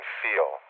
feel